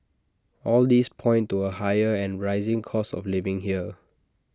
all these point to A higher and rising cost of living here